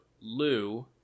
Lou